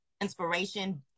inspiration